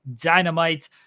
Dynamite